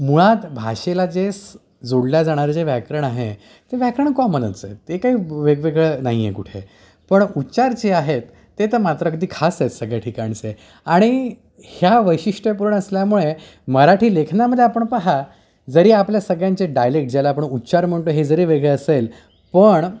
मुळात भाषेला जे स्स् जोडल्या जाणारं जे व्याकरण आहे ते व्याकरण कॉमनच आहे ते काही ब् वेगवेगळं नाही आहे कुठे पण उच्चार जे आहेत ते तर मात्र अगदी खास आहेत सगळ्या ठिकाणचे आणि ह्या वैशिष्ट्यपूर्ण असल्यामुळे मराठी लेखनामध्ये आपण पाहा जरी आपल्या सगळ्यांचे डायलेक्ट् ज्याला आपण उच्चार म्हणतो हे जरी वेगळे असेल पण